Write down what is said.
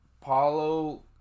Paulo